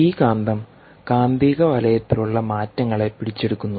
ഈ കാന്തം കാന്തിക വലയത്തിലുള്ള മാറ്റങ്ങളെ പിടിച്ചെടുക്കുന്നു